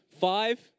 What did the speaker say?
five